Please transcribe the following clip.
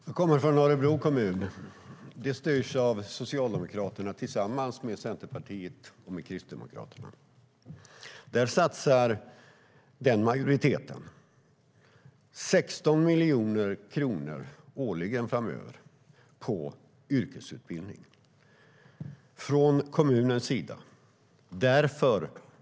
Herr talman! Jag kommer från Örebro kommun. Den styrs av Socialdemokraterna tillsammans med Centerpartiet och Kristdemokraterna. Den majoriteten satsar 16 miljoner kronor årligen framöver på yrkesutbildning från kommunens sida.